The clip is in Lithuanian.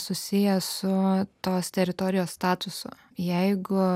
susiję su tos teritorijos statuso jeigu